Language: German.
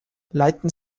leiten